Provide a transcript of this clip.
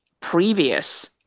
previous